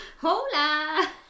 Hola